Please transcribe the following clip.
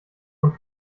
und